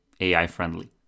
AI-friendly